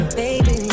baby